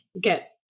get